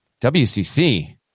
WCC